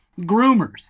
groomers